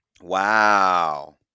Wow